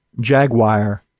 Jaguar